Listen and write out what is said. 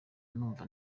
numva